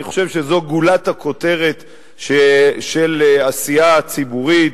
אני חושב שזו גולת הכותרת של העשייה הציבורית,